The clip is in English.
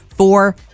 four